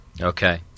Okay